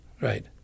right